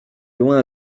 loin